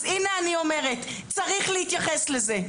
אז הינה אני אומרת צריך להתייחס לזה.